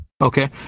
Okay